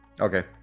Okay